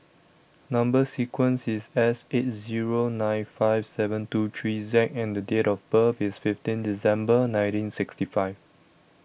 Number sequence IS S eight Zero nine five seven two three Z and Date of birth IS fifteen December nineteen sixty five